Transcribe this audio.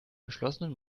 geschlossenen